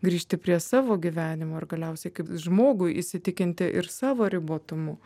grįžti prie savo gyvenimo ir galiausiai kaip žmogui įsitikinti ir savo ribotumu